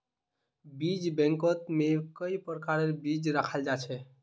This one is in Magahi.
बीज बैंकत में कई प्रकारेर बीज रखाल जा छे